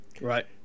Right